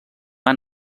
han